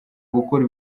gukura